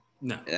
No